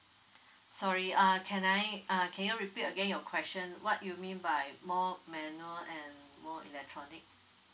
sorry uh can I uh can you repeat again your question what you mean by more manual and more electronic